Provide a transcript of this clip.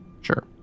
Sure